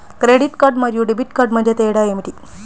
Credit card మరియు debit card మధ్య తేడా ఏమిటి?